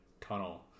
tunnel